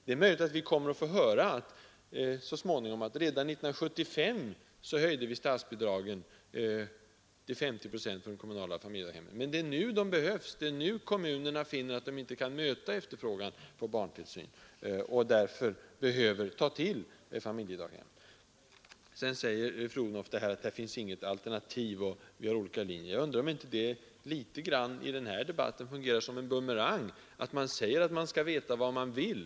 Det är möjligt att vi så småningom kommer att få höra att redan år 1975 höjdes statsbidragen till 50 procent för de kommunala familjedaghemmen. Men det är nu de behövs, det är nu kommunerna finner att de inte kan möta efterfrågan på barntillsyn och därför behöver få fram fler familjedaghem. Sedan säger statsrådet Odhnoff att det inte finns något alternativ. Jag undrar om det inte slår tillbaka när det från regeringshåll sägs att man skall veta vad man vill.